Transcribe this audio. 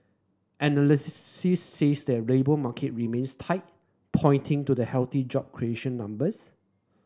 the labour market remains tight pointing to the healthy job creation numbers